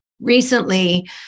Recently